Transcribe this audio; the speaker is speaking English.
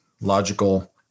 logical